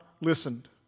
listened